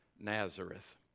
Nazareth